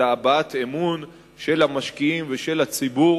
אלא הבעת אמון של המשקיעים ושל הציבור